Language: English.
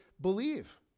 believe